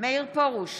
מאיר פרוש,